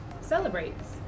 celebrates